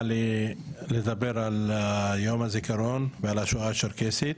לי על יום הזיכרון ועל השואה הצ'רקסית,